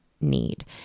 need